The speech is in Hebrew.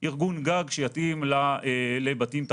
ארגון גג שיתאים לבתים תרבותיים.